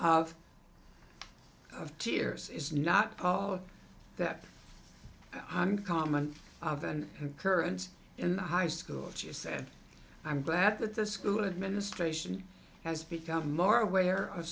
of tears is not of that uncommon of an occurrence in the high school she said i'm glad that the school administration has become more aware of